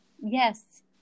Yes